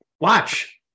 watch